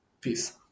Peace